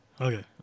Okay